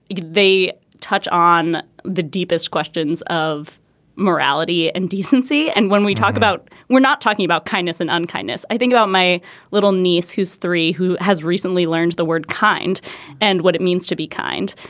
they touch on the deepest questions of morality and decency and when we talk about we're not talking about kindness and unkindness i think about my little niece who's three who has recently learned the word kind and what it means to be kind.